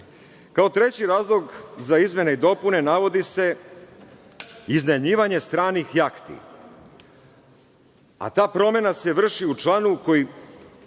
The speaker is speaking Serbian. treći razlog za izmene i dopune navodi se iznajmljivanje stranih jahti, a ta promena se vrši u članu koji